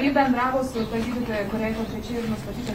ji bendravo su ta gydytoja kuriai konkrečiai ir nustatytas